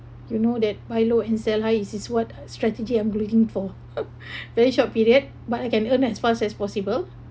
you know that buy low and sell high is is what strategy I'm looking for very short period but I can earn as fast as possible